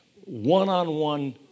one-on-one